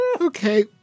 Okay